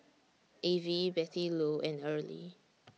Avie Bettylou and Early